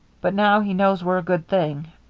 but now he knows we're a good thing.